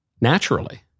Naturally